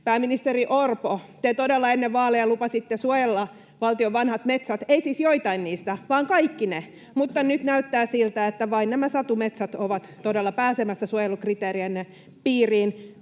Pääministeri Orpo, te todella ennen vaaleja lupasitte suojella valtion vanhat metsät — ei siis joitain niistä, vaan kaikki ne. Nyt näyttää siltä, että vain nämä satumetsät ovat todella pääsemässä suojelukriteerienne piiriin.